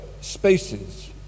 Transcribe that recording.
spaces